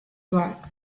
got